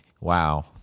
Wow